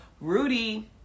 Rudy